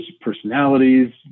personalities